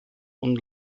und